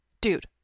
dude